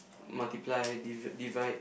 multiply div~ divide